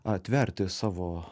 atverti savo